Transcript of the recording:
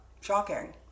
shocking